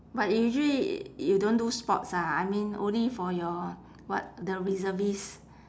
but usually you don't do sports ah I mean only for your what the reservist